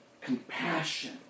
compassion